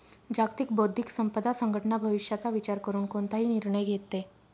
जागतिक बौद्धिक संपदा संघटना भविष्याचा विचार करून कोणताही निर्णय घेते